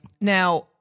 Now